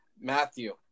Matthew